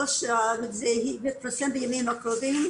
הוא יתפרסם בימים הקרובים.